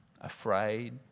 Afraid